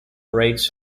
rates